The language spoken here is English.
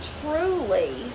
truly